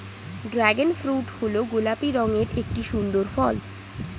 dragon fruit হল গোলাপি রঙের একটি সুন্দর ফল